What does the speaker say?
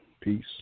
Peace